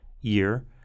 year